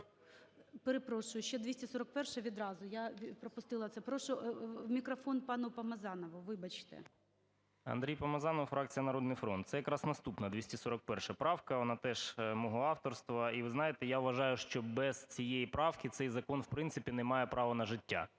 Перепрошую, ще 241-а відразу. Я пропустила це. Прошу мікрофон пануПомазанову. Вибачте. 13:55:04 ПОМАЗАНОВ А.В. АндрійПомазанов, фракція "Народний фронт". Це якраз наступна, 241 правка, вона теж мого авторства. І ви знаєте, я вважаю, що без цієї правки цей закон, в принципі, не має права на життя.